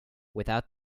without